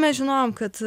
mes žinojom kad